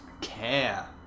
care